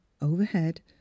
Overhead